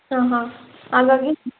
ಹಂ ಹಾಂ ಹಾಗಾಗಿ